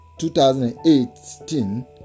2018